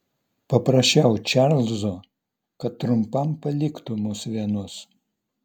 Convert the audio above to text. paprašiau čarlzo kad trumpam paliktų mus vienus